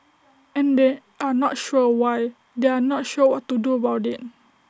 and they are not sure why they are not sure what to do about IT